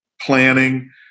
planning